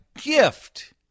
gift